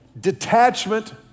Detachment